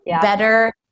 better